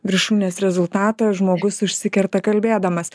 viršūnės rezultatą žmogus užsikerta kalbėdamas